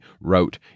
wrote